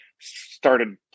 started